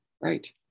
right